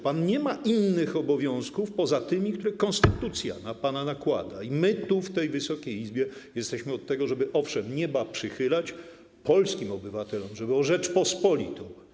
Pan nie ma innych obowiązków poza tymi, które konstytucja na pana nakłada, i my tu, w tej Wysokiej Izbie jesteśmy od tego, żeby owszem, nieba przychylać, ale polskim obywatelom, żeby dbać o Rzeczpospolitą.